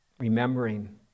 remembering